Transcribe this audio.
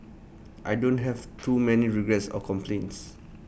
I don't have too many regrets or complaints